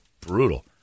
brutal